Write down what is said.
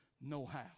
know-how